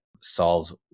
Solves